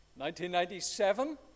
1997